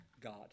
God